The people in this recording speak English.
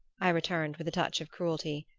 i returned with a touch of cruelty.